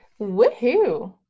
woohoo